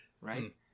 right